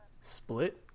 Split